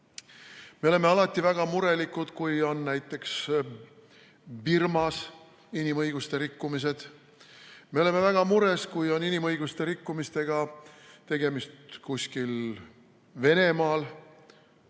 oleme alati väga murelikud, kui näiteks Birmas rikutakse inimõigusi. Me oleme väga mures, kui on inimõiguste rikkumisega tegemist kuskil Venemaal.